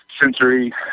sensory